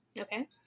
okay